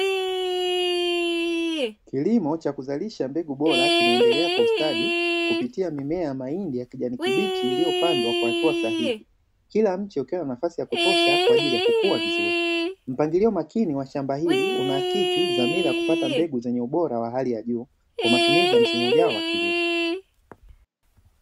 Kilimo cha kuzalisha mbegu bora, kinaendelea kwa ustadi kupitia mimea ya mahindi ya kijani kibichi iliyopandwa kwa hatua sahihi, kila mche ukiwa na nafasi ya kutosha, kwa ajili ya kukua vizuri. Mpangilio makini wa shamba hili, unaakisi dhamira ya kupata mbegu zenye ubora wa hali ya juu, kwa matumizi ya msimu ujao wa kilimo.